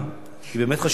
שבאמת חשובה בעיני.